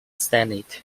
senate